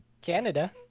Canada